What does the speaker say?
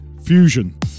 Fusion